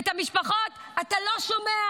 ואת המשפחות אתה לא שומע.